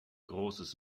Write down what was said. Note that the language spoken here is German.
großes